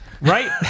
right